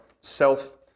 self